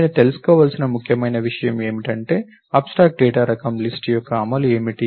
నేను తెలుసుకోవలసిన ముఖ్యమైన విషయం ఏమిటంటే అబ్స్ట్రాక్ట్ డేటా రకం లిస్ట్ యొక్క అమలు ఏమిటి